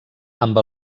amb